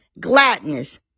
gladness